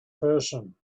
person